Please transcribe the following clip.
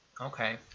Okay